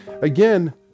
again